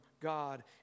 God